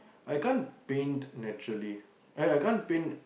I can't paint naturally I I can't paint